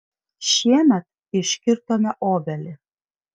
šiemet iškirtome obelį